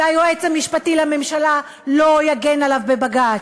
והיועץ המשפטי לממשלה לא יגן עליו בבג"ץ.